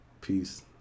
peace